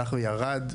הלך וירד,